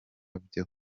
byo